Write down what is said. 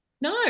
no